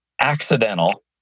accidental